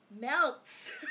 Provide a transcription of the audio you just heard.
melts